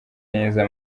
neza